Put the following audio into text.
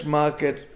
market